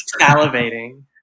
Salivating